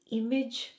image